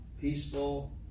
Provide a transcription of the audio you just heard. peaceful